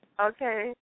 Okay